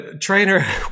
trainer